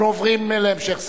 אנחנו עוברים להמשך סדר-היום,